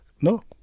No